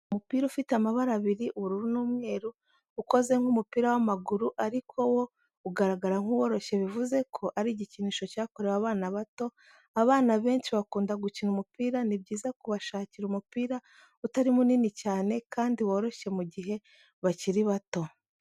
Umupira ufite amabara abiri ubururu n'umweru, ukoze nk'umupira w'amaguru ariko wo ugaragara nk'uworoshye bivuze ko ari igikinisho cyakorewe abana bato, abana benshi bakunda gukina umupira ni byiza kubashakira umupira utari munini cyane kandi woroshye mu gihe bakiri bato.